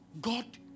God